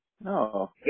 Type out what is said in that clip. no